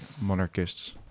monarchists